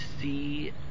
see